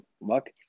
luck